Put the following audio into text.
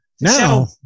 Now